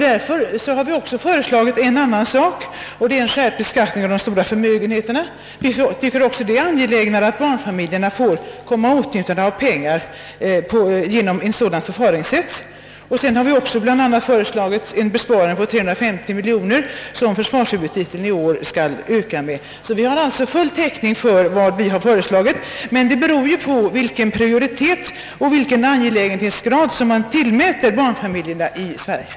Vi har också föreslagit en skärpt beskattning av de stora förmögenheterna, eftersom vi anser det va ra riktigt att barnfamiljerna även på det sättet tillförs mer pengar. Vi har vidare föreslagit en inbesparing av de 350 miljoner kronor, med vilket belopp försvarskostnaderna i år föreslås öka. Vi har alltså full täckning för vad vi föreslagit. Men ställningstagandet i denna fråga beror ju på vilken prioritet och angelägenhetsgrad man tillmäter barnfamiljernas behov.